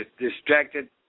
distracted